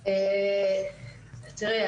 תראי,